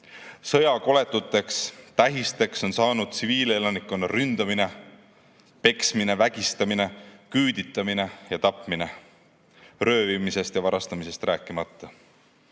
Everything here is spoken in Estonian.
Sõja koletuteks tähisteks on saanud tsiviilelanikkonna ründamine, peksmine, vägistamine, küüditamine ja tapmine, röövimisest ja varastamisest rääkimata.